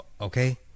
Okay